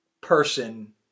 person